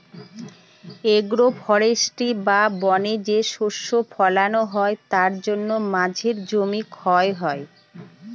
agro forestry বা বনে যে শস্য ফলানো হয় তার জন্য মাঝের জমি ক্ষয় হয়